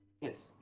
Yes